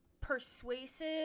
persuasive